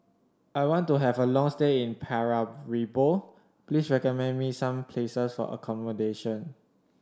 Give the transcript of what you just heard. I want to have a long stay in Paramaribo please recommend me some places for accommodation